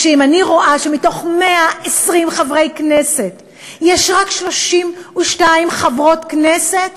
אם אני רואה שמתוך 120 חברי כנסת יש רק 32 חברות כנסת,